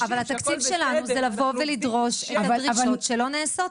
התפקיד שלנו הוא לבוא ולדרוש דרישות שלא נעשות.